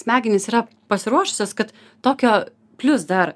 smegenys yra pasiruošusios kad tokio plius dar